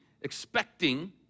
expecting